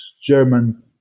German